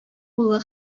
улы